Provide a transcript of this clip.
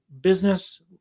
business